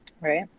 Right